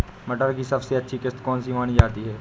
मटर की सबसे अच्छी किश्त कौन सी मानी जाती है?